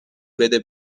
بده